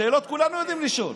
שאלות כולנו יודעים לשאול.